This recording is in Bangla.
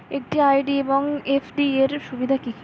একটি আর.ডি এবং এফ.ডি এর সুবিধা কি কি?